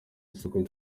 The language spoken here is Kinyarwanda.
isuku